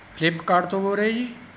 ਫਿਲਿੱਪਕਾਰਟ ਤੋਂ ਬੋਲ ਰਹੇ ਜੀ